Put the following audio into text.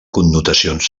connotacions